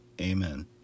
Amen